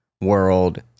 world